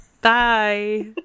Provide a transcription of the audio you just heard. bye